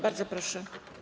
Bardzo proszę.